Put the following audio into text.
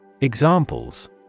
Examples